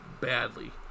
badly